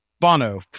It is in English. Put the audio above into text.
Bono